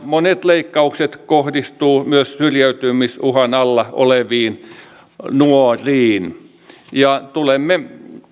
monet leikkaukset kohdistuvat myös syrjäytymisuhan alla oleviin nuoriin tulemme